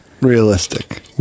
realistic